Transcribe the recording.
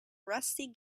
rusty